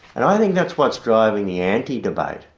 and i think that's what driving the anti debate,